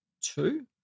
two